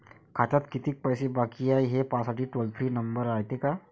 खात्यात कितीक पैसे बाकी हाय, हे पाहासाठी टोल फ्री नंबर रायते का?